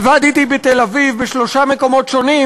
עבדתי בתל-אביב בשלושה מקומות שונים,